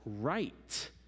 right